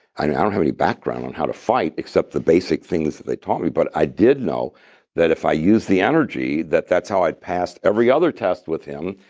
i didn't have any background on how to fight, except the basic things that they taught me, but i did know that if i used the energy, that that's how i passed every other test with him.